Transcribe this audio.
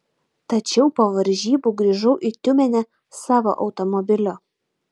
tačiau po varžybų grįžau į tiumenę savo automobiliu